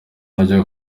najyaga